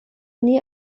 nie